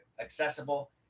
accessible